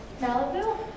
Malibu